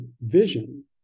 vision